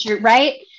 Right